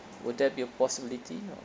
would that be a possibility no